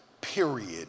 period